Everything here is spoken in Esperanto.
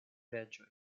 reĝoj